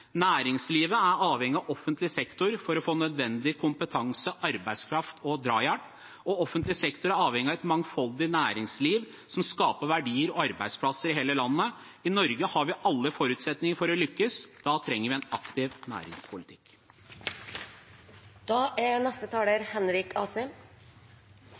Næringslivet er avhengig av offentlig sektor for å få nødvendig kompetanse, arbeidskraft og drahjelp, og offentlig sektor er avhengig av et mangfoldig næringsliv som skaper verdier og arbeidsplasser i hele landet. I Norge har vi alle forutsetninger for å lykkes. Da trenger vi en aktiv næringspolitikk. Arbeid er